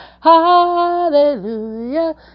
Hallelujah